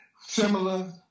similar